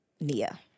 Nia